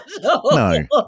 no